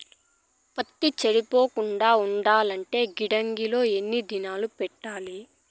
పత్తి చెడిపోకుండా ఉండాలంటే గిడ్డంగి లో ఎన్ని దినాలు పెట్టాలి?